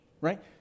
Right